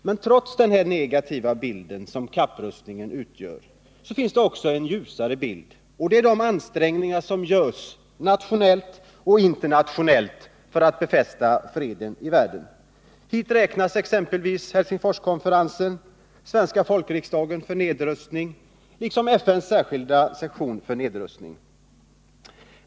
Men trots den negativa bild som kapprustningen ger finns det också en ljusare bild, nämligen de ansträngningar som görs nationellt och internationellt för att befästa freden i världen. Hit räknas exempelvis Helsingforskonferensen, Svenska folkriksdagen för nedrustning liksom FN:s särskilda session för nedrustning.